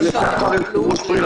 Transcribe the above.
עפר, זה שחר, יושב-ראש בריל.